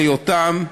ליותם,